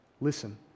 Listen